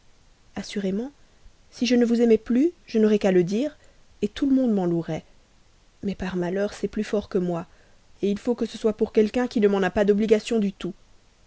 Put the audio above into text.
assurément si je ne vous aimais plus je n'aurais qu'à le dire tout le monde m'en louerait mais par malheur c'est plus fort que moi il faut que ce soit pour quelqu'un qui ne m'en a pas d'obligation du tout